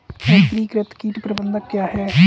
एकीकृत कीट प्रबंधन क्या है?